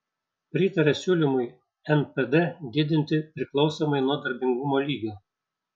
pritaria siūlymui npd didinti priklausomai nuo darbingumo lygio